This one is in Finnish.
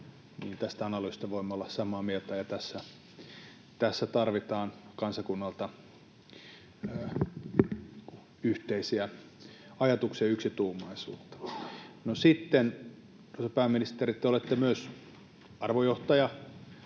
tästä analyysista, voimme olla samaa mieltä, ja tässä tarvitaan kansakunnalta yhteisiä ajatuksia, yksituumaisuutta. No sitten, arvoisa pääministeri, te olette myös arvojohtaja,